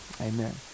amen